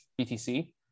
BTC